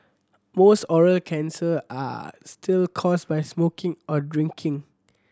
most oral cancer are still caused by smoking or drinking